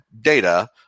data